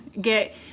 get